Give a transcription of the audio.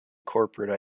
corporate